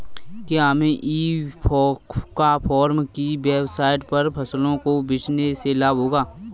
क्या हमें e commerce की वेबसाइट पर फसलों को बेचने से लाभ होगा?